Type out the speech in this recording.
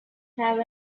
have